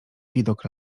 widok